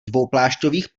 dvouplášťových